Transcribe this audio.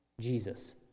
Jesus